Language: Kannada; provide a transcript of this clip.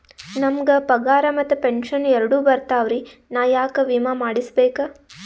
ನಮ್ ಗ ಪಗಾರ ಮತ್ತ ಪೆಂಶನ್ ಎರಡೂ ಬರ್ತಾವರಿ, ನಾ ಯಾಕ ವಿಮಾ ಮಾಡಸ್ಬೇಕ?